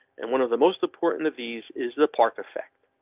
and one of the most important of these is the park effect.